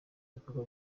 ibikorwa